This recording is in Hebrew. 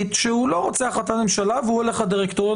שהוא לא רוצה החלטת ממשלה והוא הולך לדירקטוריון,